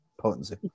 potency